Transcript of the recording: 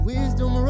Wisdom